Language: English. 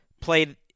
played